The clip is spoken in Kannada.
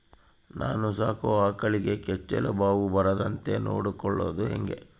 ನಾನು ಸಾಕೋ ಆಕಳಿಗೆ ಕೆಚ್ಚಲುಬಾವು ಬರದಂತೆ ನೊಡ್ಕೊಳೋದು ಹೇಗೆ?